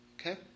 okay